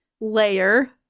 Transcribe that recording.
layer